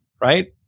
right